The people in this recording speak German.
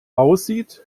aussieht